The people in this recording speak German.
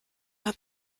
hat